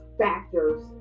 factors